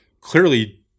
Clearly